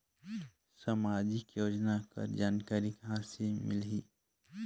समाजिक योजना कर जानकारी कहाँ से मिलही?